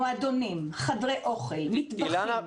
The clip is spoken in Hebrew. מועדונים, חדרי אוכל, מטבחים.